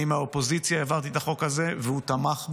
אני מהאופוזיציה העברתי את החוק הזה, והוא תמך בו.